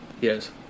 Yes